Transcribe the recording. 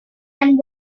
and